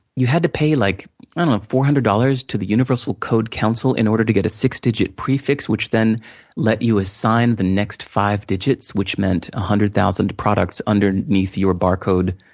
you had to pay like um four hundred dollars to the universal code council, in order to get a six-digit prefix, which then let you assign the next five digits. which meant one ah hundred thousand products underneath your barcode,